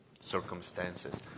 circumstances